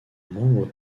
membres